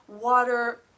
Water